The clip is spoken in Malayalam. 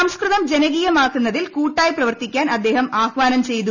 സംസ്കൃതം ജനകീയമാക്കുന്നതിൽ കൂട്ടായി പ്രവർത്തിക്കാൻ അദ്ദേഹം ആഹ്വാനം ചെയ്തു